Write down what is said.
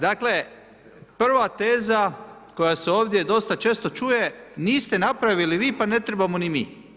Dakle, prva teza koja se ovdje dosta često čuje, niste napravili vi pa ne trebamo ni mi.